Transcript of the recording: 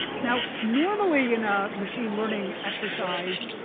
now, normally in a machine learning exercise,